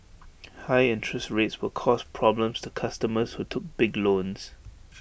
high interest rates will cause problems to customers who took big loans